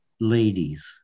ladies